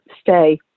stay